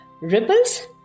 Ripples